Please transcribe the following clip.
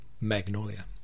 Magnolia